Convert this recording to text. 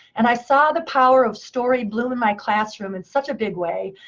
and i saw the power of story bloom in my classroom in such a big way,